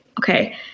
Okay